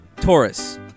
Taurus